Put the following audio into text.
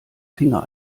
finger